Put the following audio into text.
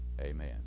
Amen